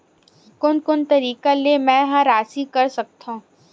कोन कोन तरीका ले मै ह राशि कर सकथव?